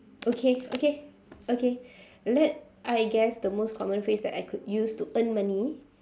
okay okay okay let~ I guess the most common phrase that I could use to earn money